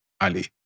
Ali